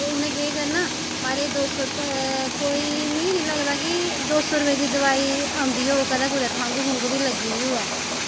ते उ'नें केह् करना म्हाराज दौ सौ रपेऽ दी मिगी निं लगदा कि दौ सौ रपेऽ दी दोआई आंदी होग कदें कुदै खंघ दी जिसी लग्गी दी होऐ